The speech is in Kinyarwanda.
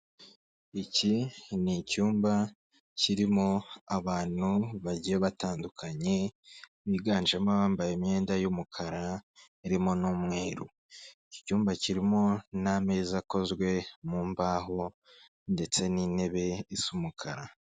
Iki ni icyumba kirimo abantu bagiye batandukanye, biganjemo abambaye imyenda y'umukara irimo n'umweru, iki cyumba kirimo n'ameza akozwe mu mbaho ndetse n'intebe isa umukara.